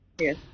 Yes